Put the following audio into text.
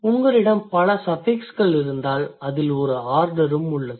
உங்களிடம் பல சஃபிக்ஸ்கள் இருந்தால் அதில் ஒரு ஆர்டரும் உள்ளது